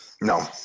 No